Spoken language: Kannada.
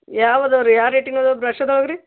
ಯಾವ ಅದಾವೆ ರಿ ಯಾ ರೇಟಿಂಗ್ ಅದಾವ ಬ್ರಶ್ ಅದಾವ ರೀ